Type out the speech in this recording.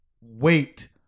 wait